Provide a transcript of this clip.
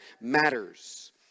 matters